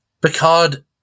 Picard